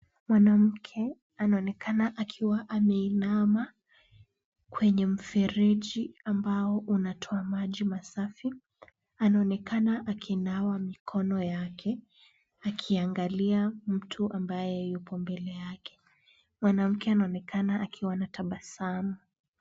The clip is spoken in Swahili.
Mwanamke anaonekana akiwa ameinama kwenye mfereji ambao unatoa maji masafi. Anaonekana akinawa mikono yake akiangalia mtu ambaye yupo mbele yake. Mwanamke anaonekana akiwa na tabasamu.